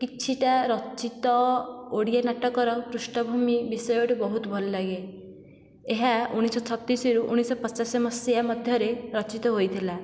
କିଛିଟା ରଚିତ ଓଡ଼ିଆ ନାଟକର ପୃଷ୍ଠଭୂମି ବିଷୟଟି ବହୁତ ଭଲ ଲାଗେ ଏହା ଉଣାଇଶଶହ ଛତିଶରୁ ଉଣାଇଶଶହ ପଚାଶ ମସିହା ମଧ୍ୟରେ ରଚିତ ହୋଇଥିଲା